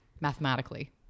mathematically